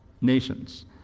nations